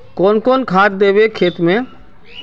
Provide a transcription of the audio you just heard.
कौन कौन खाद देवे खेत में?